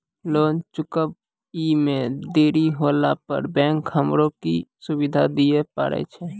Loan चुकब इ मे देरी होला पर बैंक हमरा की सुविधा दिये पारे छै?